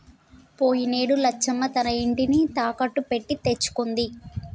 పోయినేడు లచ్చమ్మ తన ఇంటిని తాకట్టు పెట్టి తెచ్చుకుంది